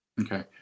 Okay